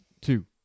Two